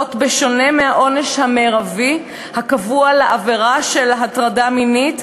בשונה מהעונש המרבי הקבוע לעבירה של הטרדה מינית,